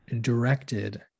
directed